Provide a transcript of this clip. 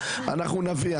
אנחנו נביא,